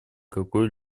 какой